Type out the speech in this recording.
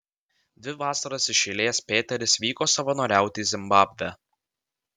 dvi vasaras iš eilės pėteris vyko savanoriauti į zimbabvę